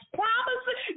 promises